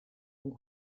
und